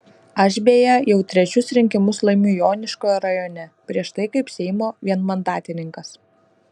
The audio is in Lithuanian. aš beje jau trečius rinkimus laimiu joniškio rajone prieš tai kaip seimo vienmandatininkas